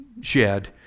shed